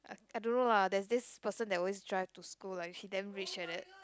I I don't know lah there is this person that always drive to school like he damn rich like that